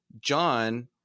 John